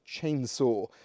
chainsaw